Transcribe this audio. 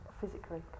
Physically